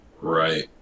right